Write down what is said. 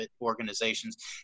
organizations